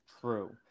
True